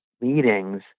meetings